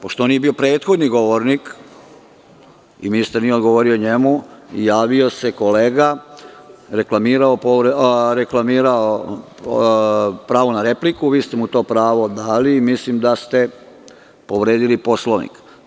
Pošto on nije bio prethodni govornik i ministar nije odgovorio njemu, javio se kolega, reklamirao pravo na repliku, vi ste mu to pravo dali i mislim da ste povredili Poslovnik.